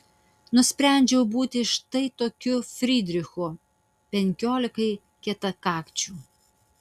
nusprendžiau būti štai tokiu frydrichu penkiolikai kietakakčių